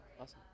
Awesome